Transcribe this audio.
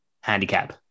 handicap